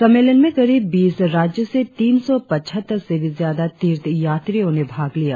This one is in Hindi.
सम्मेलन में करीब बीस राज्यों से तीन सौ पचहत्तर से भी ज्यादा तीर्थयात्रियों ने भाग लिया